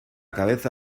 cabeza